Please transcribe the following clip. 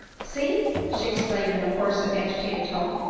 see! she exclaimed in a hoarse and agitated tone,